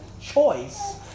choice